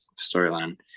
storyline